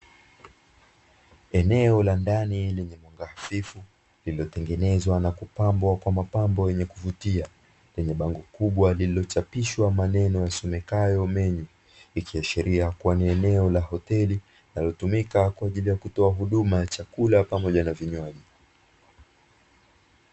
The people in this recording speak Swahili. Eneo la ndani lenye mwanga hafifu lililo tengenezwa na kupambwa kwa mapambano yenye kuvutia, lenye bango kubwa lililo chapishwa maneno yasomekayo “menyu” ikiashiria kua ni eneo la hoteli linalo tumika katika kutoa huduma ya chakula pamoja na vinywaji.